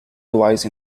twice